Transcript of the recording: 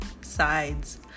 sides